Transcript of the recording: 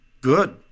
good